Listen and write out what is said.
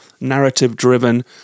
narrative-driven